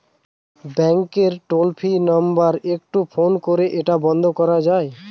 ব্যাংকের toll free number একটু phone করে এটা বন্ধ করা যায়?